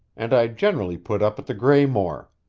and i generally put up at the graymore.